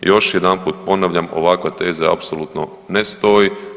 Još jedanput ponavljam, ovakva teza apsolutno ne stoji.